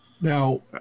Now